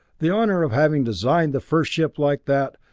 the honor of having designed the first ship like that,